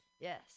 Yes